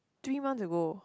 three months ago